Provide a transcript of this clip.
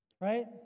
right